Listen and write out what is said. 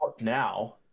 now